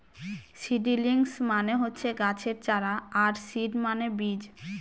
seedlings মানে হচ্ছে গাছের চারা আর সিড মানে বীজ